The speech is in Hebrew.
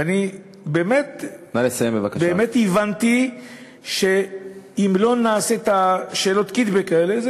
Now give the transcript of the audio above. ואני באמת הבנתי שאם לא נשאל את שאלות הקיטבג האלה,